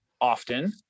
often